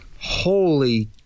holy